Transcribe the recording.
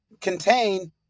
contain